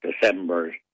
December